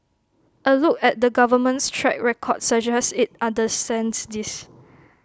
A look at the government's track record suggests IT understands this